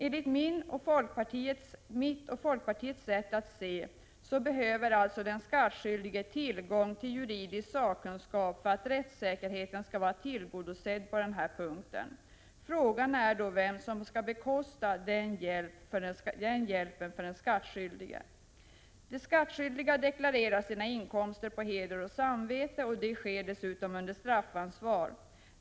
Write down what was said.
Enligt mitt och folkpartiets synsätt behöver alltså den skattskyldige ha tillgång till juridisk sakkunskap för att rättssäkerheten skall vara tillgodosedd 19 på den här punkten. Frågan är då vem som skall bekosta den hjälpen åt den skattskyldige. De skattskyldiga deklarerar sina inkomster på heder och samvete. Detta sker dessutom under straffansvar.